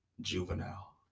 juvenile